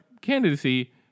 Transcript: candidacy